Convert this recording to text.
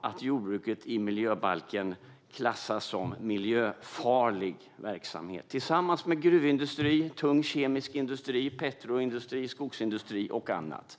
att jordbruket i miljöbalken klassas som miljöfarlig verksamhet tillsammans med gruvindustri, tung kemisk industri, petroindustri, skogsindustri och annat.